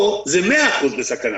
פה זה 100% בסכנה,